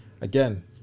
again